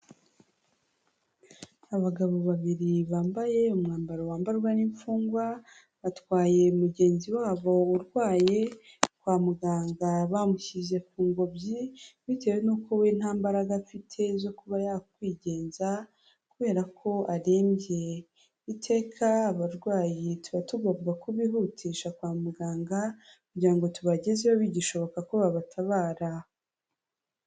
Abagabo babiri bambaye umwambaro wambarwa n'imfungwa batwaye mugenzi wabo urwaye kwa muganga bamushyize ku ngobyi bitewe n'uko we nta mbaraga afite zo kuba yakwigenza kubera ko arembye. Iteka abarwayi tuba tugomba kubihutisha kwa muganga kugira ngo tubagezeyo bigishobokako babatabara.